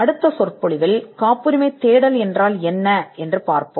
அடுத்த சொற்பொழிவில் காப்புரிமை தேடல் என்றால் என்ன என்று பார்ப்போம்